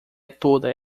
toda